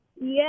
Yes